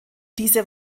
diese